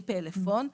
עם פלאפון.